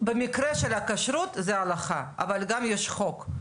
במקרה של הכשרות זה הלכה, אבל גם יש חוק.